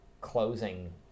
closing